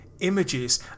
images